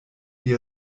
die